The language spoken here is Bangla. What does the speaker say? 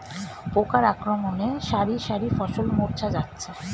পোকার আক্রমণে শারি শারি ফসল মূর্ছা যাচ্ছে